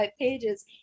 pages